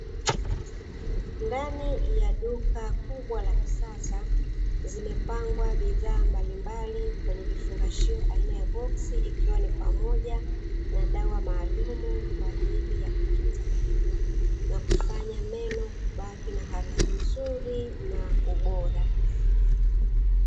Ndani ya duka kubwa la kisas zimepangwa bidhaa mbalimbali ikiwa ni madawa kama ya kutunza kinywa na kubaki na harufu nzuri bora